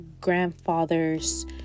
grandfather's